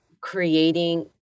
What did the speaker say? creating